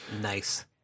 Nice